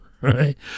Right